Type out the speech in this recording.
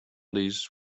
these